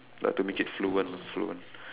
like to make it fluent lah fluent